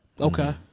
Okay